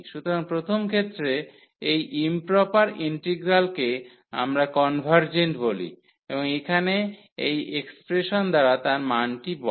সুতরাং প্রথম ক্ষেত্রে এই ইম্প্রপার ইন্টিগ্রালকে আমরা কনভার্জেন্ট বলি এবং এখানে এই এক্সপ্রেশন দ্বারা তার মানটি মান বলা